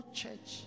church